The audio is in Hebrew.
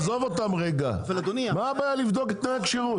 עזוב אותם רגע --- אבל אדוני --- מה הבעיה לבדוק את תנאי הכשירות?